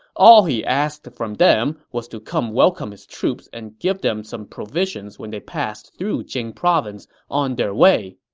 all he asked from them was to come welcome his troops and give them some provisions when they passed through jing province on the way.